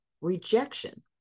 rejection